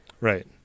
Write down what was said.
Right